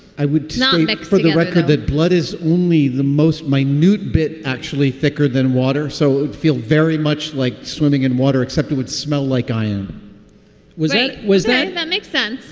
i would not. like for the record, that blood is only the most my nute bit actually thicker than water. so it feel very much like swimming in water, except it would smell like iron um was it was that that makes sense,